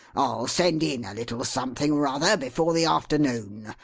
i'll send in a little something or other, before the afternoon.